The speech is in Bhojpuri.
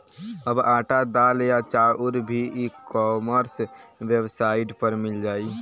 अब आटा, दाल या चाउर भी ई कॉमर्स वेबसाइट पर मिल जाइ